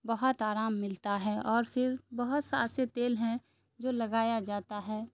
بہت آرام ملتا ہے اور پھر بہت سے ایسے تیل ہیں جو لگایا جاتا ہے